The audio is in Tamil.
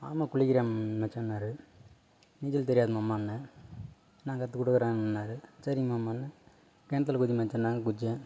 மாமா குளிக்கிறம் மச்சானார் நீச்சல் தெரியாது மாமான்னே நான் கற்றுக் கொடுக்குறேன்னாரு சரி மாமான்னு கிணத்துல குதி மச்சான்னாங்க குதிச்சேன்